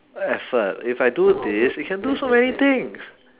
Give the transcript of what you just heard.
effort if I do this it can do so many things